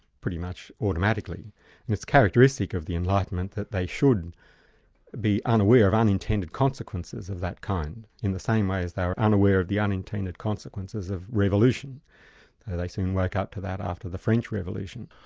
pretty much automatically and it's characteristic of the enlightenment that they should be unaware of unintended consequences of that kind, in the same way as they were unaware of the unintended consequences of revolution. but ah they soon woke up to that after the french revolution.